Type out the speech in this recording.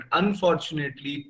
unfortunately